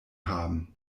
haben